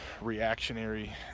reactionary